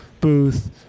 booth